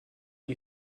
you